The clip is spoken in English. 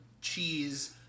cheese